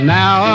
now